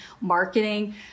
marketing